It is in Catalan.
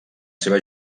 seva